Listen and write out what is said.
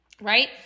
right